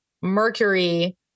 Mercury